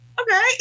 okay